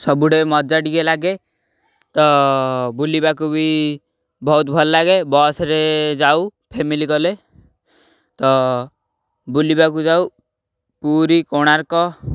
ସବୁଠେ ମଜା ଟିକେ ଲାଗେ ତ ବୁଲିବାକୁ ବି ବହୁତ ଭଲ ଲାଗେ ବସ୍ରେ ଯାଉ ଫ୍ୟାମିଲି କଲେ ତ ବୁଲିବାକୁ ଯାଉ ପୁରୀ କୋଣାର୍କ